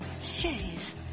Jeez